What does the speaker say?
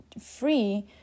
free